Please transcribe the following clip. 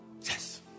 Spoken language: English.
Yes